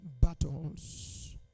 battles